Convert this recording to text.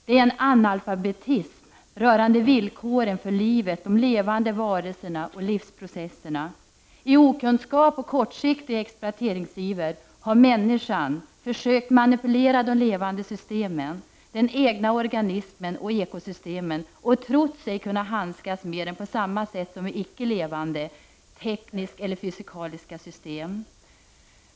Det är en analfabetism rörande villkoren för livet, de levande varelserna och livsprocesserna. I okunskap och kortsiktig exploateringsiver har människan försökt manipulera de levande systemen, den egna organismen och ekosystemen och trott sig kunna handskas med dem på samma sätt som med icke levande, tekniska eller fysikaliska system.